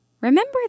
Remember